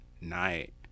night